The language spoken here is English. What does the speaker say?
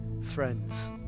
Friends